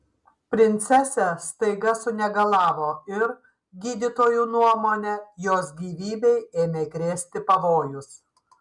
princesė staiga sunegalavo ir gydytojų nuomone jos gyvybei ėmė grėsti pavojus